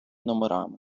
номерами